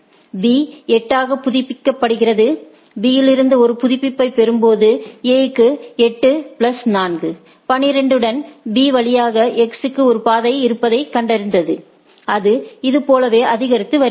B 8 ஆக புதுப்பிக்கப்படுகிறது B இலிருந்து ஒரு புதுப்பிப்பைப் பெறும்போது A க்கு 8 பிளஸ் 4 12 உடன் B வழியாக X க்கு ஒரு பாதை இருப்பதைக் கண்டறிந்து அது இது போலவே அதிகரித்து வருகிறது